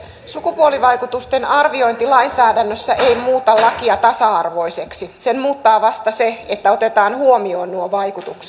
sukupuolivaikutusten arviointi lainsäädännössä ei muuta lakia tasa arvoiseksi sen muuttaa vasta se että otetaan huomioon nuo vaikutukset